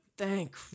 Thank